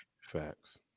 Facts